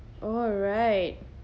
all right